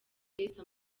esther